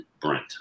Brent